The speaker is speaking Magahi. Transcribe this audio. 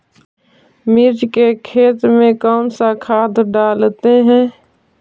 मिर्ची के खेत में कौन सा खाद डालते हैं?